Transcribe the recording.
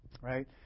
Right